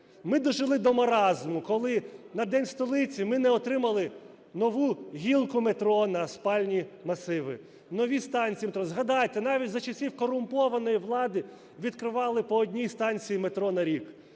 Ми дожили до маразму, коли на День столиці ми не отримали нову гілку метро на спальні масиви, нові станції метро. Згадайте, навіть за часів корумпованої влади відкривали по одній станції метро на рік,